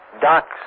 Docks